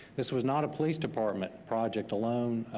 this was not a police department project alone,